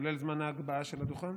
כולל זמן ההגבהה של הדוכן?